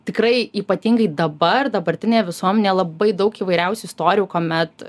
tikrai ypatingai dabar dabartinėje visuomenėje labai daug įvairiausių istorijų kuomet